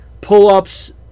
pull-ups